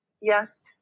yes